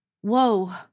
whoa